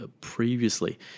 previously